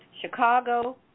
Chicago